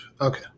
Okay